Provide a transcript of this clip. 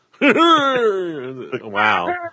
Wow